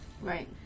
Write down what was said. Right